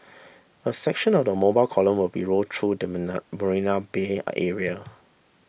a section of the mobile column will also roll through the Marina Bay area